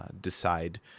decide